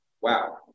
wow